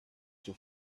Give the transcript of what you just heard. too